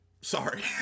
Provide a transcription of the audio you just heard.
sorry